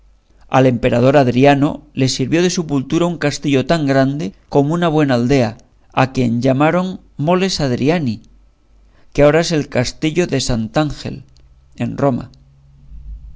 al emperador adriano le sirvió de sepultura un castillo tan grande como una buena aldea a quien llamaron moles hadriani que agora es el castillo de santángel en roma